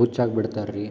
ಹುಚ್ಚು ಆಗಿ ಬಿಡ್ತಾರೆ ರೀ